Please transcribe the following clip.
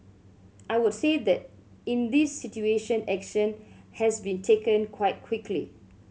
I would say that in this situation action has been taken quite quickly